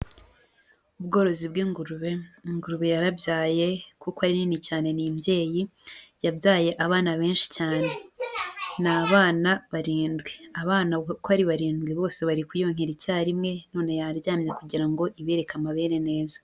Ubworozi bw'ingurube, ingurube yarabyaye kuko ari nini cyane ni imbyeyi, yabyaye abana benshi cyane ni abana barindwi, abana uko ari barindwi bose bari kuyonkera icyarimwe, none yaryanira kugira ngo ibereke amabere neza.